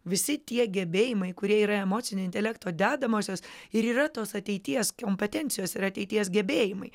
visi tie gebėjimai kurie yra emocinio intelekto dedamosios ir yra tos ateities kompetencijos ir ateities gebėjimai